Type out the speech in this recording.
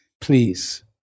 Please